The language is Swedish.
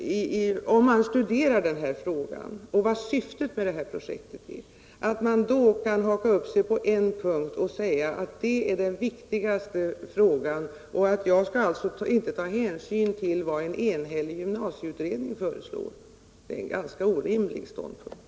Om man studerar den här frågan och ser till vad syftet med projektet är tycker jag det är svårt att förstå hur någon kan haka upp sig på en punkt och säga att den är den viktigaste och att jag alltså skall låta bli att ta hänsyn till vad en enhällig gymnasieutredning föreslår. Det är en ganska orimlig ståndpunkt.